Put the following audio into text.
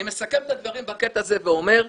אני מסכם את הדברים בקטע הזה ואומר,